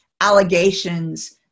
allegations